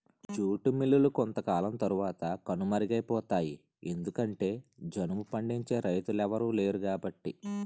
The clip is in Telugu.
జూట్ మిల్లులు కొంతకాలం తరవాత కనుమరుగైపోతాయి ఎందుకంటె జనుము పండించే రైతులెవలు లేరుకాబట్టి